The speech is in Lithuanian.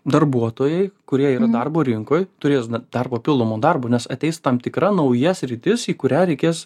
darbuotojai kurie yra darbo rinkoj turės dar papildomo darbo nes ateis tam tikra nauja sritis į kurią reikės